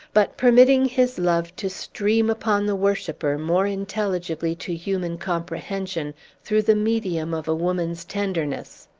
but permitting his love to stream upon the worshipper more intelligibly to human comprehension through the medium of a woman's tenderness.